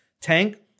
tank